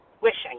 wishing